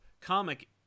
comic